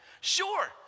Sure